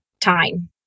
time